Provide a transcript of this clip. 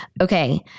Okay